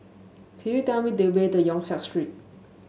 could you tell me the way to Yong Siak Street